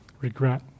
regret